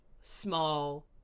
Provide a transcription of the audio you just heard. small